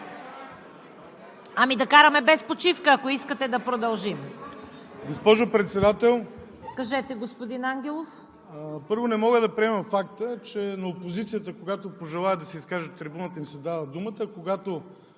Ами да караме без почивка, ако искате да продължим.